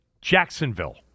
Jacksonville